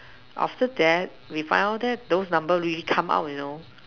after that we found out that those number really come out you know